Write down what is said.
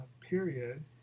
period